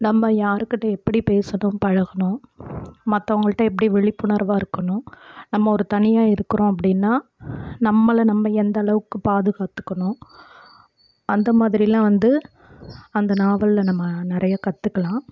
நம்ம யாருக்கிட்டே எப்படி பேசணும் பழகணும் மற்றவங்கள்ட்ட எப்படி விழிப்புணர்வாக இருக்கணும் நம்ம ஒரு தனியாக இருக்கிறோம் அப்படினா நம்மளை நம்ம எந்தளவுக்கு பாதுகாத்துக்கணும் அந்த மாதிரியெலாம் வந்து அந்த நாவலில் நம்ம நிறைய கற்றுக்கலாம்